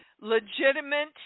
Legitimate